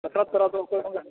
ᱥᱟᱠᱨᱟᱛ ᱛᱚᱨᱟ ᱫᱚ ᱚᱠᱚᱭ ᱵᱚᱸᱜᱟ